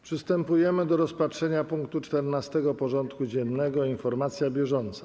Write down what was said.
Przystępujemy do rozpatrzenia punktu 14. porządku dziennego: Informacja bieżąca.